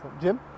Jim